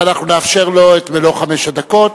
ואנחנו נאפשר לו את מלוא חמש הדקות.